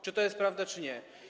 Czy to jest prawda, czy nie?